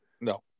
No